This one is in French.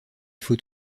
faut